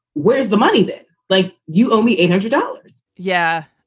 where's the money that, like, you owe me a hundred dollars yeah.